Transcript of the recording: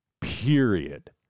Period